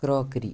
crockery